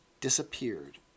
disappeared